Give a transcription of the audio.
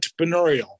entrepreneurial